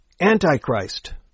Antichrist